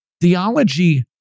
Theology